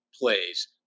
plays